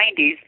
90s